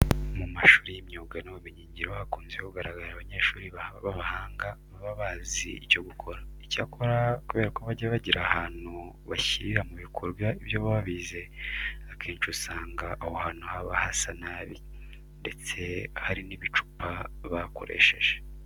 Mu mashuri y'imyuga n'ubumenyingiro hakunze kugaragara abanyeshuri b'abahanga baba bazi icyo gukora. Icyakora kubera ko bajya bagira ahantu bashyirira mu bikorwa ibyo baba bize, akenshi usanga aho hantu haba hasa nabi ndetse hari n'ibicupa bakoresheje.